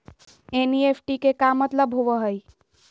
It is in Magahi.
एन.ई.एफ.टी के का मतलव होव हई?